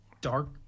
dark